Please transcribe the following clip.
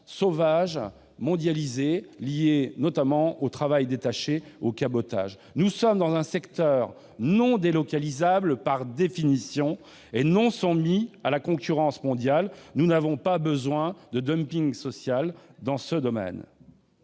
sauvage, mondialisée, liée notamment au travail détaché et au cabotage. Nous sommes dans un secteur non délocalisable par définition et non soumis à la concurrence mondiale. Par conséquent, nous n'avons pas besoin de dumping social dans ce domaine.